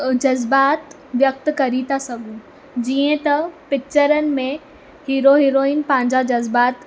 अ जज़्बात व्यक्त करे था सघूं जीअं त पिक्चरुनि में हीरो हिरोइन पंहिंजा जज़्बात